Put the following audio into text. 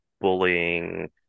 bullying